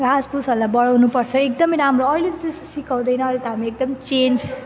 घाँसफुसहरूलाई बढाउनुपर्छ एकदमै राम्रो अहिले त त्यस्तो सिकाउँदैन अहिले त हामी एकदम चेन्ज